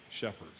shepherds